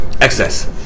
Excess